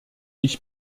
ich